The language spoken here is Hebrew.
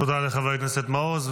תודה רבה לחבר הכנסת מעוז.